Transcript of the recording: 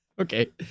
Okay